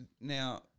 Now